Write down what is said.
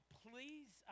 please